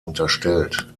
unterstellt